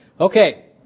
Okay